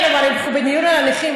אבל אנחנו בדיון על הנכים,